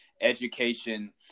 education